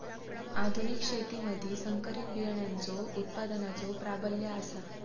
आधुनिक शेतीमधि संकरित बियाणांचो उत्पादनाचो प्राबल्य आसा